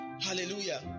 Hallelujah